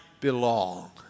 belong